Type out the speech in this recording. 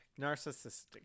Narcissistic